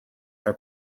are